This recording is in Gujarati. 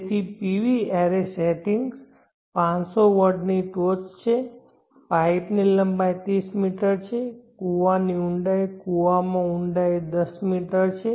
તેથી PV એરે રેટિંગ્સ 500 વોટની ટોચ છે પાઇપની લંબાઈ 30 મીટર છે કૂવાની ઊંડાઈ કૂવામાં ઊંડાઈ 10 મીટર છે